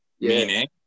meaning